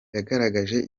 yagaragaje